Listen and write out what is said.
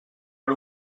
per